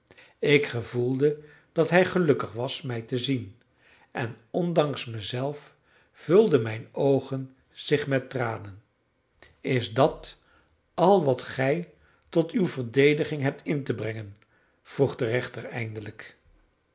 ik gevoelde dat hij gelukkig was mij te zien en ondanks mezelf vulden mijn oogen zich met tranen is dat al wat gij tot uw verdediging hebt in te brengen vroeg de rechter eindelijk